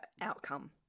outcome